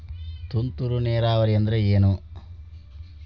ತುಂತುರು ನೇರಾವರಿ ಅಂದ್ರ ಏನ್?